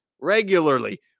regularly